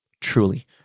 truly